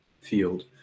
field